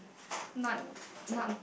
not not